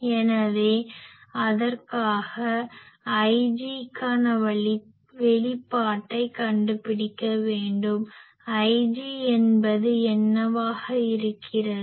எனவே அதற்காக Ig க்கான வெளிப்பாட்டைக் கண்டுபிடிக்க வேண்டும் Ig என்பது என்னவாக இருக்கிறது